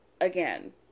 Again